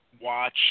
watch